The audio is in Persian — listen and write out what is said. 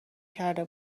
کرده